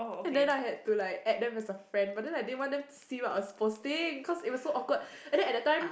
and then I had to like add them as a friend but then I didn't want them to see what I was posting because it was so awkward and then at that time